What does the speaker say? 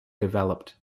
developed